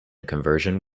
conversion